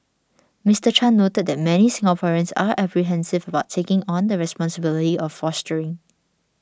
Mister Chan noted that many Singaporeans are apprehensive about taking on the responsibility of fostering